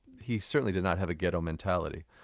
he certainly did not have a ghetto mentality.